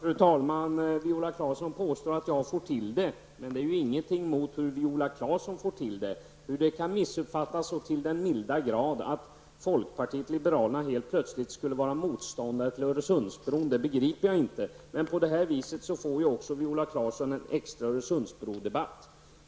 Fru talman! Viola Claesson påstår att jag får till det, men det är ju ingenting emot hur Viola Claesson får till det. Hur vad jag sade kan missuppfattas så till den milda grad, att Viola Claesson får det till att folkpartiet liberalerna helt plötsligt skulle vara motståndare till Öresundsbron, det begriper jag inte. Men på det här viset får ju Viola Claesson en extra Öresundsbro-debatt.